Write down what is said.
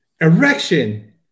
Erection